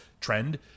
trend